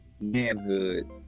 manhood